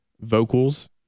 vocals